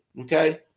okay